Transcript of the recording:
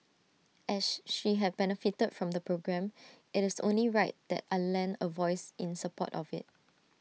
ash she had benefited from the programme IT is only right that I lend A voice in support of IT